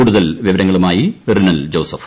കൂടുതൽ വിവരങ്ങളുമായി റിനൽ ജോസഫ്